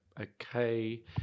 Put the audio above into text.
okay